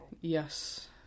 yes